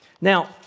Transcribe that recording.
Now